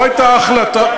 החלטה,